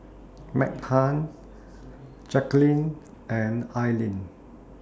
Meghann Jackeline and Aleen